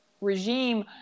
regime